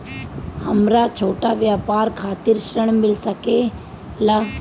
हमरा छोटा व्यापार खातिर ऋण मिल सके ला?